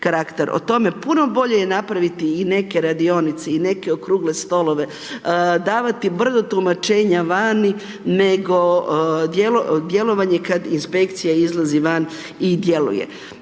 o tome je puno bolje je napraviti i neke radionice i neke okrugle stolove, davati brdo tumačenja vani nego djelovanje kada inspekcija izlazi van i djeluje.